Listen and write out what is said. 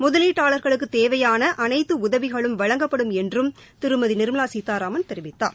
முதலீட்டாளா்களுக்குத் தேவையான அனைத்து உதவிகளும் வழங்கப்படும் என்றும் திருமதி நிாமலா சீதாராமன் தெரிவித்தார்